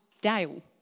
Dale